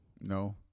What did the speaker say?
No